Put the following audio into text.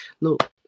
Look